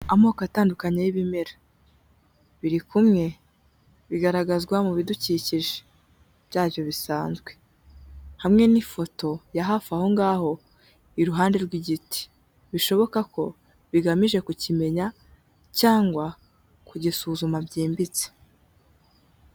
Amoko atandukanye y'ibimera biri kumwe bigaragazwa mu bidukikije byacyo bisanzwe, hamwe n'ifoto ya hafi aho ngaho iruhande rw'igiti, bishoboka ko bigamije kukimenya cyangwa kugisuzuma byimbitse.